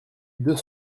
deux